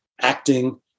acting